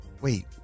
Wait